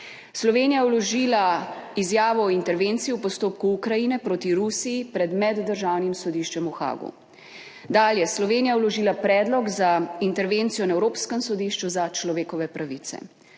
Slovenija je vložila izjavo o intervenciji v postopku Ukrajine proti Rusiji pred Meddržavnim sodiščem v Haagu. Dalje, Slovenija je vložila predlog za intervencijo na Evropskem sodišču za človekove pravice.